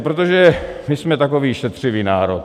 Protože my jsme takový šetřivý národ.